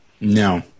No